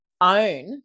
own